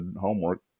homework